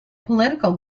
political